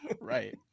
Right